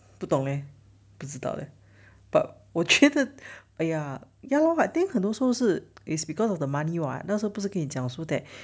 不懂 leh 不知道 leh but 我觉得哎呀 ya lor but I think 很多说是 is because of the money [what] 那时候不是跟你讲 so that